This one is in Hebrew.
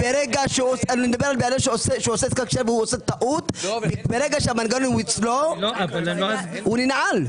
אני מדבר על מי שעושה טעות והוא ננעל.